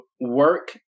work